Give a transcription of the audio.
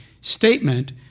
statement